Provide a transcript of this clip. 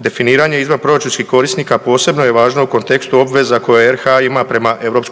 Definiranje izvanproračunskih korisnika posebno je važno u kontekstu obveza koje RH ima prema EU